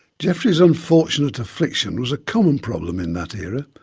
jeffries unfortunate affliction was a common problem in that era,